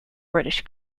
british